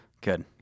good